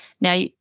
Now